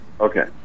Okay